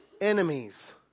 enemies